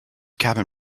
cabin